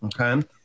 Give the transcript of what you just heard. Okay